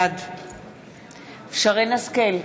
בעד שרן השכל,